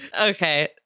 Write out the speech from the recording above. Okay